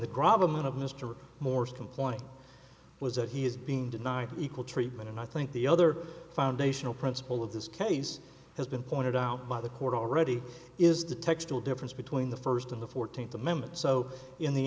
mr moore's complaint was that he is being denied equal treatment and i think the other foundational principle of this case has been pointed out by the court already is the textual difference between the first and the fourteenth amendment so in the